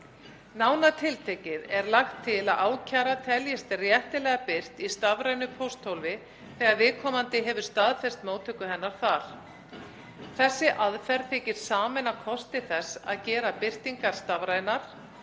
Nánar tiltekið er lagt til að ákæra teljist réttilega birt í stafrænu pósthólfi þegar viðkomandi hefur staðfest móttöku hennar þar. Þessi aðferð þykir sameina kosti þess að gera birtingar stafrænar,